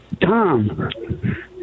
Tom